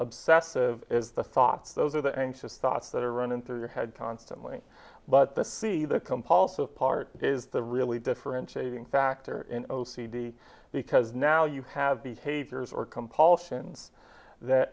obsessive is the thoughts those are the anxious thoughts that are running through your head constantly but the see the compulsive part is the really differentiating factor in o c d because now you have behaviors or compulsion that